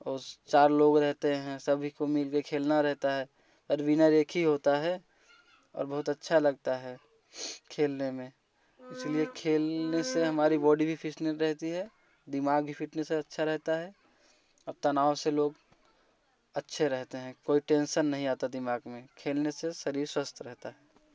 उस चार लोग रहते हैं सभी को मिलके खेलना रहता है और विनर एक ही होता है और बहुत अच्छा लगता है खेलने में इसलिए खेलने से हमारी बॉडी भी फिटनेस रहती है दिमाग की फिटनेस अच्छा रहता है अब तनाव से लोग अच्छे रहते हैं कोई टेंशन नहीं आता दिमाग में खेलने से शरीर स्वस्थ रहता है